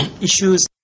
issues